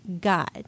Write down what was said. God